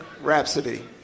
Rhapsody